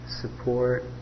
support